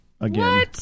again